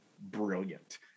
brilliant